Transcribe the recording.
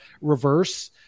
reverse